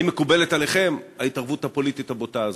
האם מקובלת עליכם ההתערבות הפוליטית הבוטה הזאת?